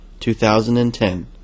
2010